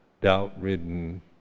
doubt-ridden